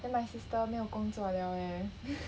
then my sister 没有工作 liao leh